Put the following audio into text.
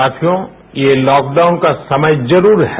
साथियों ये लॉकडाउन का समय जरूर है